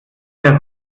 der